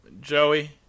Joey